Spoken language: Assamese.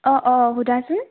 অঁ অঁ সুধাচোন